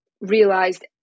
realized